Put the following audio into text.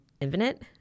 infinite